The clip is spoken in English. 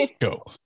Go